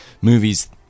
Movies